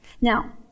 Now